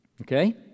Okay